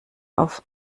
auf